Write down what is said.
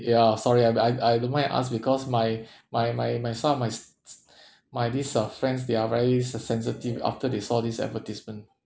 ya sorry I I I don't mind ask because my my my my some of my s~ s~ my this uh friends they are very se~ sensitive after they saw this advertisement